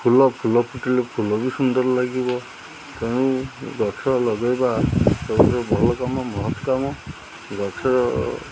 ଫୁଲ ଫୁଲ ଫୁଟିଲେ ଫୁଲ ବି ସୁନ୍ଦର ଲାଗିବ ତେଣୁ ଗଛ ଲଗାଇବା ଭଲ କାମ ମହତ କାମ ଗଛ